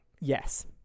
Yes